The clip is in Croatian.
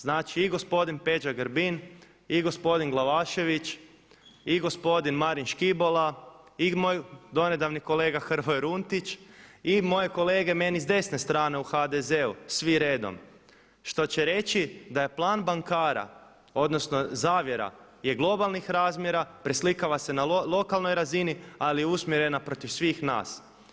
Znači i gospodin Peđa Grbin i gospodin Glavašević i gospodin Marin Škibola i moj donedavni kolega Hrvoje Runtić i moje kolege meni s desne strane u HDZ-u svi redom što će reći da je plan bankara, odnosno zavjera je globalnih razmjera, preslikava se na lokalnoj razini, ali je usmjerena protiv svih nas.